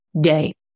day